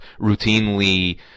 routinely